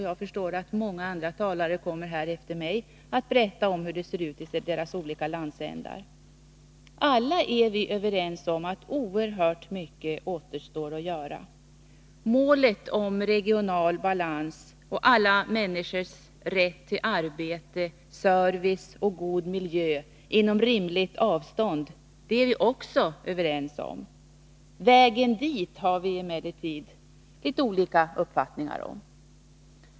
Jag förstår att flera talare efter mig kommer att berätta om hur det ser ut i deras olika landsändar. Alla är vi överens om att oerhört mycket återstår att göra. Målet — regional balans och alla människors rätt till arbete, service och god miljö inom rimligt avstånd — är vi också överens om. Vägen dit har vi emellertid olika uppfattningar om.